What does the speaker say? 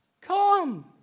Come